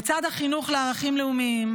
לצד החינוך לערכים לאומיים,